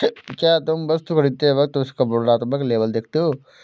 क्या तुम वस्तु खरीदते वक्त उसका वर्णात्मक लेबल देखते हो?